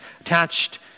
attached